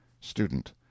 Student